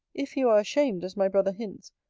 if you are ashamed, as my brother hints,